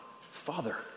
Father